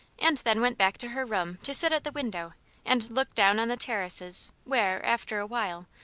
and then went back to her room to sit at the window and look down on the terraces where, after a while,